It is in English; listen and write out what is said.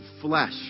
flesh